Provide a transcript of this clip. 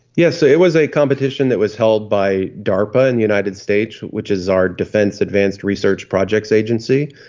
yes, so it was a competition that was held by darpa in the united states, which is our defence advanced research projects agency.